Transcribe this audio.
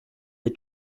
the